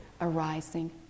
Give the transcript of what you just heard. arising